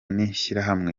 n’ishyirahamwe